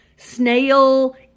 snail